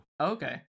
Okay